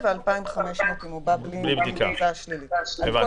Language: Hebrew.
ו-2,500 אם הוא בא בלי בדיקה עם תוצאה שלילית.